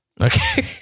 Okay